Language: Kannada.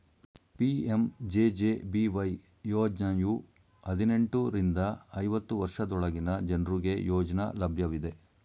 ಪಿ.ಎಂ.ಜೆ.ಜೆ.ಬಿ.ವೈ ಯೋಜ್ನಯು ಹದಿನೆಂಟು ರಿಂದ ಐವತ್ತು ವರ್ಷದೊಳಗಿನ ಜನ್ರುಗೆ ಯೋಜ್ನ ಲಭ್ಯವಿದೆ